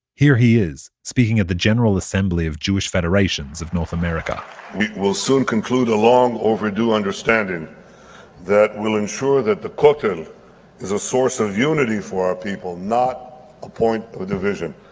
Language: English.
here he is, speaking at the general assembly of jewish federations of north america we will soon conclude a long-overdue understanding that will ensure that the kotel is a source of unity for our people, not a point of division.